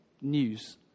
news